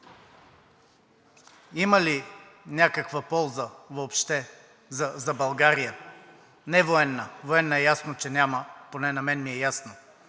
има ли някаква полза въобще за България? Не военна, военна е ясно, че няма, поне на мен ми е ясно,